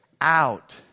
out